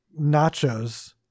nachos